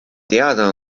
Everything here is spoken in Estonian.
teada